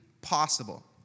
possible